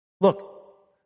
Look